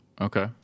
Okay